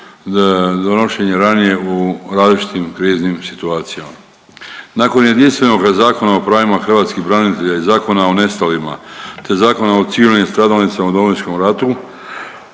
donošenje ranije u različitim kriznim situacijama. Nakon jedinstvenoga Zakona o pravima o hrvatskim braniteljima i Zakona o nestalima te Zakona o civilnim stradalnicima u Domovinskom ratu